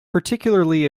particularly